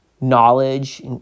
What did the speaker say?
knowledge